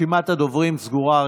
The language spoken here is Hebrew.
רשימת הדוברים סגורה.